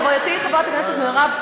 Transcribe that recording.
חברתי חברת הכנסת מירב,